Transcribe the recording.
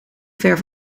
ver